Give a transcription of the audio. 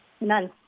none